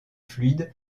fluide